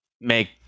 make